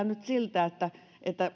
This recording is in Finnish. nyt siltä että että